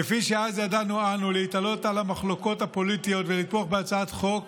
כפי שאז ידענו אנו להתעלות על המחלוקות הפוליטיות ולתמוך בהצעת חוק